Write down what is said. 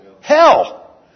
hell